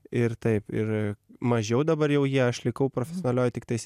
ir taip ir mažiau dabar jau jie aš likau profesionalioj tiktais